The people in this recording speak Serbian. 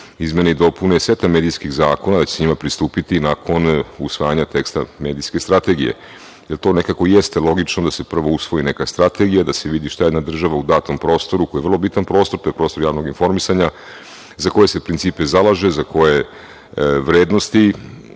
izmene i dopune seta medijskih zakona, da će se njima pristupiti nakon usvajanja teksta medijske strategije. To nekako jeste logično da se prvo usvoji neka strategija, da se vidi šta jedna država u datom prostoru, koji je vrlo bitan prostor, to je prostor javnog informisanja, za koje se principe zalaže, za koje vrednosti